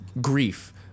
grief